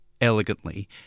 elegantly